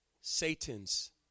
Satan's